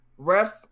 refs